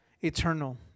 eternal